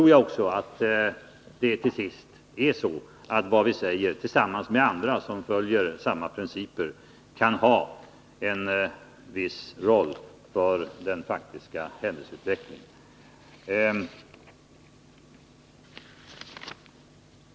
Om vi gör det, då tror jag också att det vi tillsammans med andra som följer samma principer säger kan spela en viss roll för den faktiska händelseutvecklingen.